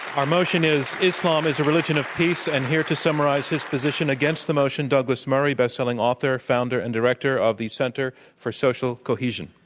our motion is, islam is a religion of peace and here to summarize his position against the motion, douglas murray, bestselling author, founder, and director of the center for social cohesion.